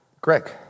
Greg